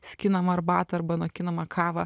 skinamą arbatą arba nokinamą kavą